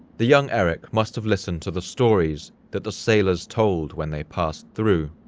the young erik must have listened to the stories that the sailors told when they passed through,